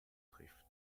trifft